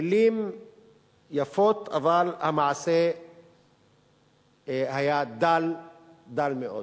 מלים יפות, אבל המעשה היה דל מאוד.